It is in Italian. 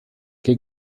che